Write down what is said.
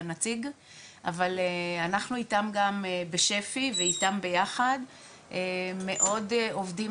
אבל אנחנו איתם גם בשפ"י ואיתם ביחד מאוד עובדים